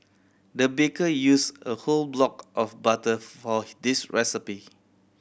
the baker used a whole block of butter for this recipe